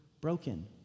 broken